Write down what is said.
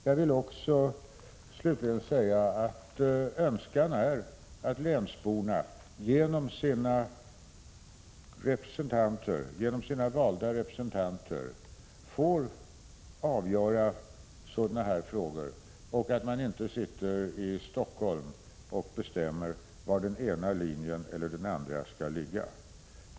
Jag vill slutligen säga att önskemålet är att länsborna genom sina valda representanter får avgöra sådana här frågor och att man inte sitter i Stockholm och bestämmer var den ena eller andra linjen skall ligga.